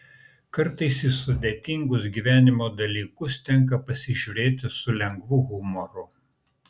kartais į sudėtingus gyvenimo dalykus tenka pasižiūrėti su lengvu humoru